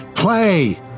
Play